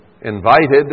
invited